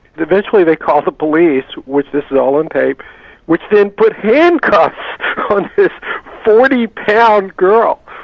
eventually they called the police which this is all on tape which then put handcuffs on this forty pound girl.